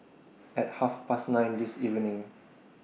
At Half Past nine This evening